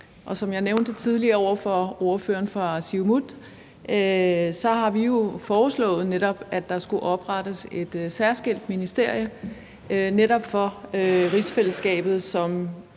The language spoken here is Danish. Som jeg nævnte tidligere over for ordføreren for Siumut, har vi jo foreslået, at der skal oprettes et særskilt ministerium netop for rigsfællesskabet,